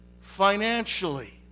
financially